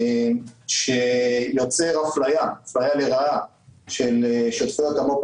שיוצר אפליה לרעה של שותפויות המו"פ